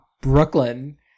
Brooklyn